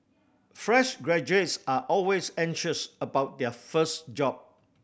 fresh graduates are always anxious about their first job